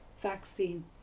vaccine